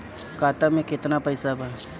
खाता में केतना पइसा बा?